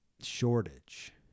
shortage